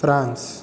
France